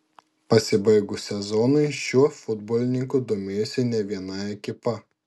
pasibaigus sezonui šiuo futbolininku domėjosi ne viena ekipa